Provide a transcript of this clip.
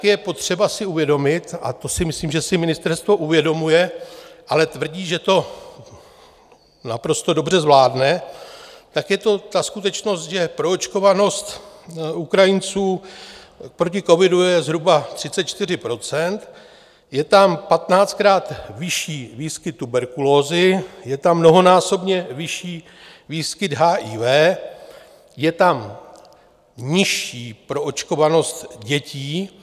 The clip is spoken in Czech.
Je potřeba s uvědomit, a to si myslím, že si ministerstvo uvědomuje, ale tvrdí, že to naprosto dobře zvládne je to ta skutečnost, že proočkovanost Ukrajinců proti covidu je zhruba 34 %, je tam patnáctkrát vyšší výskyt tuberkulózy, je tam mnohonásobně vyšší výskyt HIV, je tam nižší proočkovanost dětí.